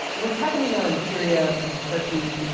what's happening now in syria and turkey.